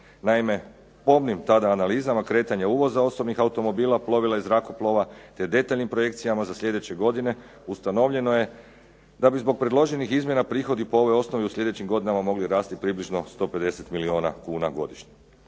Naime, pomnim tada analiza kretanja uvoza automobila, plovila i zrakoplova te detaljnim projekcijama za sljedeće godine ustavljano je da bi zbog predloženih izmjena prihodi po ovoj osnovi u sljedećim godinama mogli rasti približno 150 milijuna kuna godišnje.